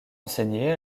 enseigné